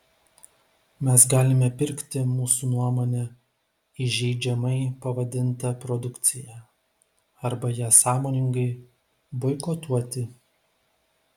mes galime pirkti mūsų nuomone įžeidžiamai pavadintą produkciją arba ją sąmoningai boikotuoti